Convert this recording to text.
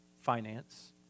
finance